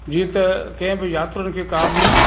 जीअं त कंहिं बि यात्रियुनि खे का बि